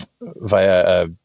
via